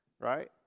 Right